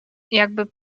jakby